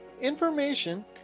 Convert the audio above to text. information